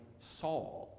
Saul